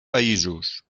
països